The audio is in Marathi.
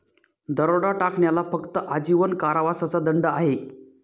दरोडा टाकण्याला फक्त आजीवन कारावासाचा दंड आहे